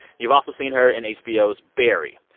you've also seen her in hbo's barry.